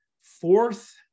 fourth